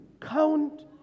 count